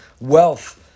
wealth